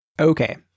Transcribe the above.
Okay